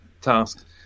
task